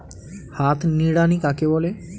হাত নিড়ানি কাকে বলে?